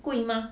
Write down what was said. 贵吗